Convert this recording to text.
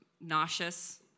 nauseous